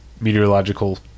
meteorological